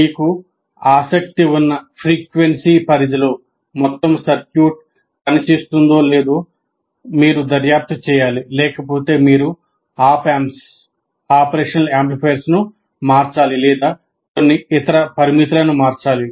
మీకు ఆసక్తి ఉన్న ఫ్రీక్వెన్సీ పరిధిలో మొత్తం సర్క్యూట్ పనిచేస్తుందో లేదో మీరు దర్యాప్తు చేయాలి లేకపోతే మీరు Op Amps ని మార్చాలి లేదా కొన్ని ఇతర పారామితులను మార్చాలి